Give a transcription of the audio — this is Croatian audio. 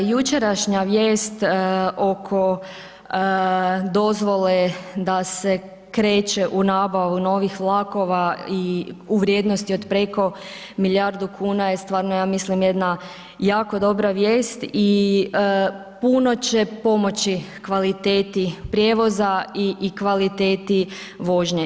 Jučerašnja vijest oko dozvole da se kreće u nabavu novih vlakova i u vrijednosti od preko milijardu kuna je stvarno ja mislim jedna jako dobra vijest i puno će pomoći kvaliteti prijevoza i kvaliteti vožnje.